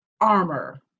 armor